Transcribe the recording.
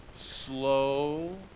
slow